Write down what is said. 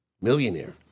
millionaire